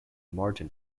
martin